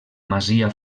masia